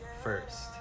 first